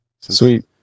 sweet